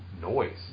noise